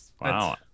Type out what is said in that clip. Wow